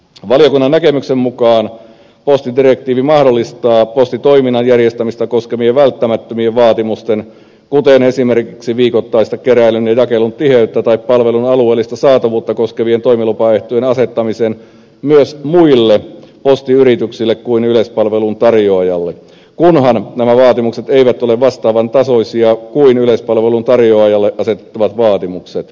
valiokunnan näkemyksen mukaan postidirektiivi mahdollistaa postitoiminnan järjestämistä koskevien välttämättömien vaatimusten kuten esimerkiksi viikottaista keräilyn ja jakelun tiheyttä tai palvelun alueellista saatavuutta koskevien toimilupaehtojen asettamisen myös muille postiyrityksille kuin yleispalvelun tarjoajalle kunhan nämä vaatimukset eivät ole vastaavan tasoisia kuin yleispalvelun tarjoajalle asetettavat vaatimukset